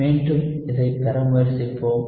மீண்டும் இதைப் பெற முயற்சிப்போம்